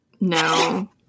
No